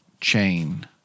chain